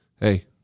hey